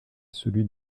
celui